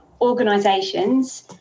organisations